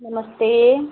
नमस्ते